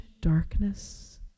darkness